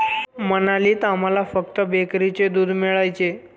मनालीत आम्हाला फक्त बकरीचे दूध मिळायचे